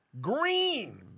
green